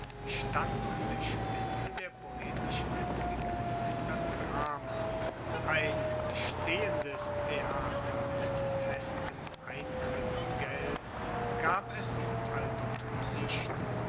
stand an der spitze der poetischen entwicklung das drama ein stehendes theater mit festem eintrittsgeld gab es im altertum nicht